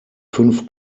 fünf